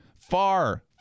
far